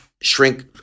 Shrink